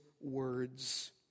words